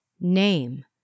Name